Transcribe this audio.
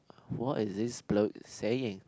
what is this bro saying